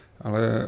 ale